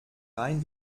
rein